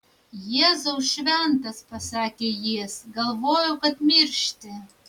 jėzau šventas pasakė jis galvojau kad miršti